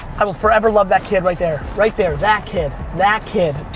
i will forever love that kid right there. right there, that kid, that kid,